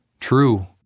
True